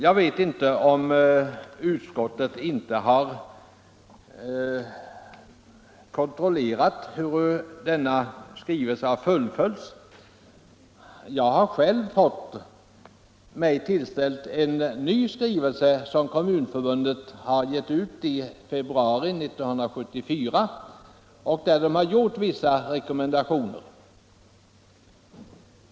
Jag vet inte om utskottet har kontrollerat hur denna skrivelse fullföljts. Jag har själv fått mig tillställd en ny skrivelse som Kommunförbundet avgav i februari 1974 och som innehåller vissa rekommendationer.